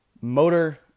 Motor